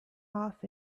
off